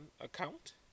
account